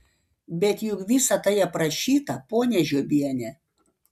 bet juk visa tai aprašyta ponia žiobiene